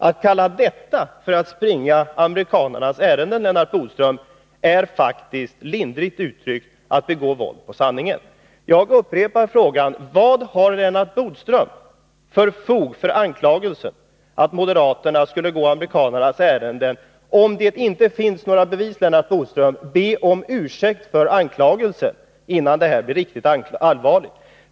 Att kalla detta för att springa amerikanernas ärenden, Lennart Bodström, är faktiskt — lindrigt uttryckt — att begå våld på sanningen. Jag upprepar frågan: Vad har Lennart Bodström för fog för anklagelsen att moderaterna skulle gå amerikanernas ärenden? Om det inte finns några bevis, Lennart Bodström, be om ursäkt för anklagelsen innan det här blir riktigt allvarligt!